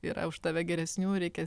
yra už tave geresnių ir reikia